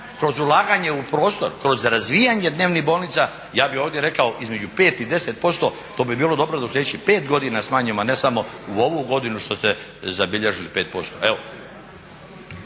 kroz ulaganje u prostor, kroz razvijanje dnevnih bolnica ja bih ovdje rekao između 5 i 10% to bi bilo dobro da u sljedećih 5 godina smanjimo, a ne samo u ovu godinu što ste zabilježili 5%.